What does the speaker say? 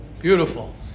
Beautiful